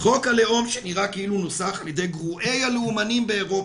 "חוק הלאום שנראה כאילו הוא נוסח על ידי גרועי הלאומנים באירופה,